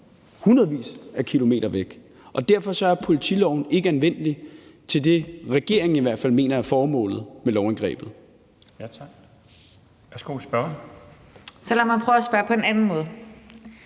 hundredvis af kilometer væk. Derfor er politiloven ikke anvendelig til det, regeringen i hvert fald mener er formålet med lovindgrebet.